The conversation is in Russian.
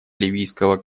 ливийского